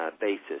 basis